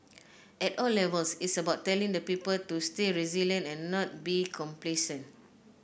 at all levels it's about telling the people to stay resilient and not be complacent